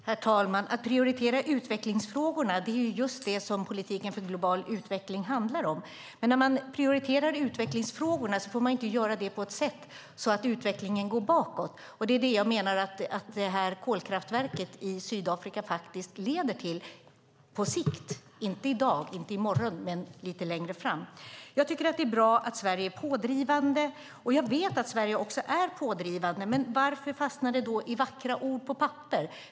Herr talman! Att prioritera utvecklingsfrågorna är just det som politiken för global utveckling handlar om. Men när man prioriterar utvecklingsfrågorna får man inte göra det på ett sådant sätt att utvecklingen går bakåt. Det menar jag att kolkraftverket i Sydafrika leder till på sikt, inte i dag eller i morgon men lite längre fram. Det är bra att Sverige är pådrivande. Jag vet att Sverige är pådrivande, men varför stannar det vid vackra ord på papper?